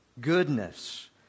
goodness